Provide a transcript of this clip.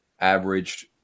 averaged